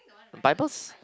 bibles